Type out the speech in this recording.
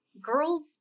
girls